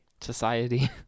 society